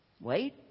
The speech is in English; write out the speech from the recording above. wait